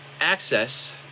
access